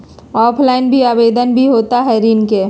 Offline भी आवेदन भी होता है ऋण के लिए?